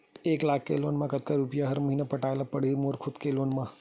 एक लाख के लोन मा कतका रुपिया हर महीना पटाय ला पढ़ही मोर खुद ले लोन मा?